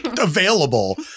available